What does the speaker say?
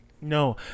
No